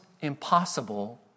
impossible